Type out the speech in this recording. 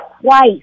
twice